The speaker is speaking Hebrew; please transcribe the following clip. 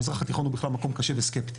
המזרח התיכון הוא בכלל מקום קשה וסקפטי,